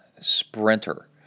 sprinter